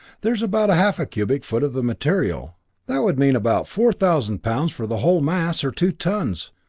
there's about half a cubic foot of the material that would mean about four thousand pounds for the whole mass, or two tons.